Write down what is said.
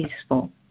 peaceful